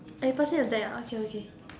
oh you pass me to deck ah okay okay